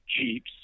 Jeeps